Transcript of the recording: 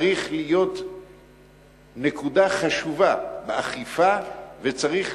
צריך להיות נקודה חשובה באכיפה, וצריך